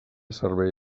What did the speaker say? servei